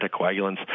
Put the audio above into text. anticoagulants